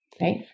right